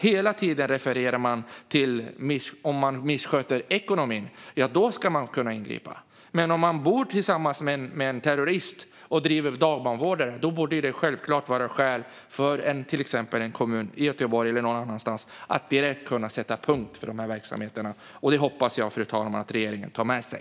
Hela tiden refererar man till att man ska kunna ingripa om någon missköter ekonomin. Men om man bor tillsammans med en terrorist och är dagbarnvårdare borde det självklart vara skäl för till exempel en kommun, Göteborg eller någon annan, att direkt sätta punkt för verksamheten. Det hoppas jag, fru talman, att regeringen tar med sig.